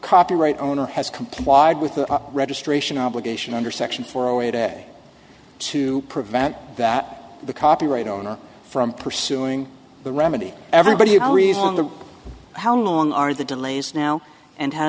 copyright owner has complied with the registration obligation under section four a day to prevent that the copyright owner from pursuing the remedy everybody agrees on the how long are the delays now and how